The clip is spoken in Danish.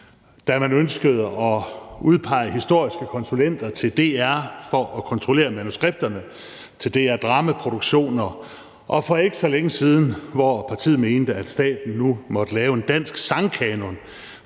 da man ønskede at udpege historiske konsulenter til DR for at kontrollere manuskripterne til DR Dramas produktioner, og da partiet for ikke så længe siden mente, at staten nu måtte lave en dansk sangkanon,